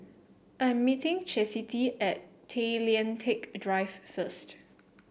I am meeting Chasity at Tay Lian Teck Drive first